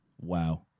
Wow